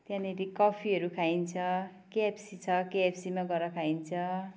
त्यहाँनिर कफीहरू खाइन्छ केएफसी छ केएफसीमा गएर खाइन्छ